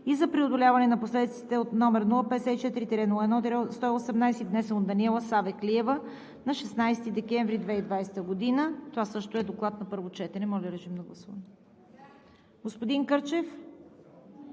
и за преодоляване на последиците, № 054-01-118, внесен от Даниела Савеклиева на 16 декември 2020 г. Това също е Доклад на първо четене. Моля, режим на гласуване. Господин Кърчев?